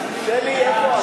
אי-אמון